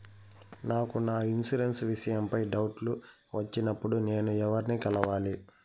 నాకు నా ఇన్సూరెన్సు విషయం పై డౌట్లు వచ్చినప్పుడు నేను ఎవర్ని కలవాలి?